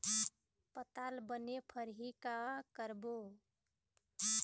पताल बने फरही का करबो?